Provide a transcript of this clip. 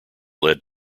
led